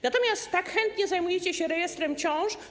Natomiast tak chętnie zajmujecie się rejestrem ciąż.